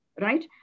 Right